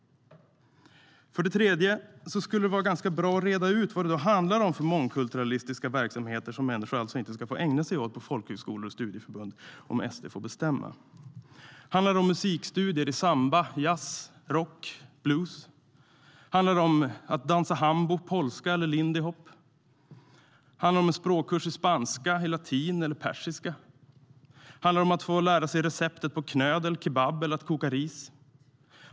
För det tredje skulle det vara ganska bra att reda ut vilka så kallade mångkulturalistiska verksamheter som människor alltså inte ska kunna ägna sig åt på folkhögskolor eller studieförbund om SD får bestämma. Handlar det om musikstudier i samba, jazz, rock och blues? Handlar det om att dansa hambo, polska eller lindyhop? Handlar det om språkkurser i spanska, latin och persiska? Handlar det om att få lära sig receptet på knödel, kebab eller att koka ris?